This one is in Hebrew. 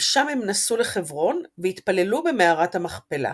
משם הם נסעו לחברון, והתפללו במערת המכפלה.